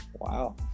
Wow